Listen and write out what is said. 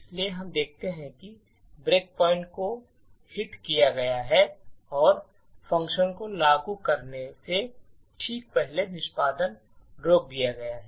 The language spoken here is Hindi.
इसलिए हम देखते हैं कि ब्रेक पॉइंट को हिट किया गया है और फ़ंक्शन को लागू करने से ठीक पहले निष्पादन रोक दिया गया है